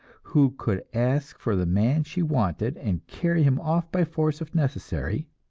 who could ask for the man she wanted and carry him off by force if necessary,